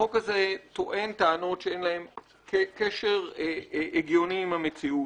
החוק הזה טוען טענות שאין להן קשר הגיוני עם המציאות,